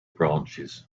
branches